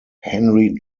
henry